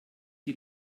die